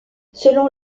selon